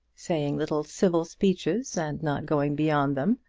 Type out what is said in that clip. saying little civil speeches and not going beyond them.